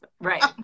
right